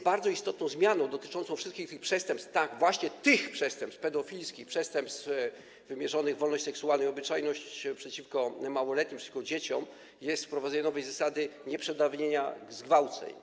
Bardzo istotną zmianą dotyczącą wszystkich tych przestępstw - tak, właśnie tych przestępstw: pedofilskich, wymierzonych w wolność seksualną i obyczajność, przeciwko małoletnim, przeciwko dzieciom - jest wprowadzenie nowej zasady, zasady nieprzedawnienia zgwałceń.